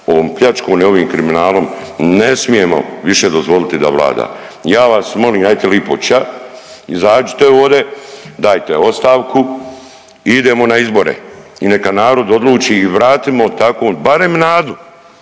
ovom pljačkom i ovim kriminalom ne smijemo više dozvoliti da vlada. Ja vas molim, ajte lipo ča, izađite ode, dajte ostavku i idemo na izbore i neka narod odluči i vratimo takvu barem nadu,